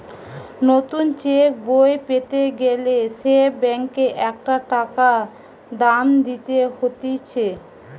নতুন চেক বই পেতে গ্যালে সে ব্যাংকে একটা টাকা দাম দিতে হতিছে